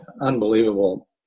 unbelievable